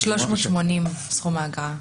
380 סכום האגרה.